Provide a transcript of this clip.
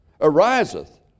ariseth